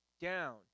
down